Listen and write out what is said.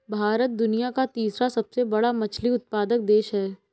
भारत दुनिया का तीसरा सबसे बड़ा मछली उत्पादक देश है